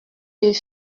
deux